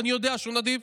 ואני יודע שהוא נדיב,